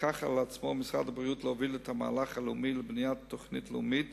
לקח על עצמו משרד הבריאות להוביל את המהלך הלאומי לבניית תוכנית לאומית